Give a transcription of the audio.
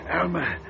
Alma